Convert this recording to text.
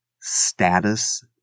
status